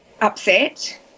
upset